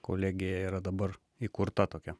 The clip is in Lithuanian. kolegija yra dabar įkurta tokia